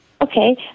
Okay